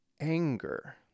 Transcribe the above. Anger